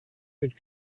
had